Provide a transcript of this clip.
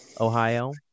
Ohio